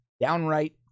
downright